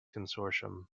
consortium